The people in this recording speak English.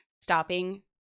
stopping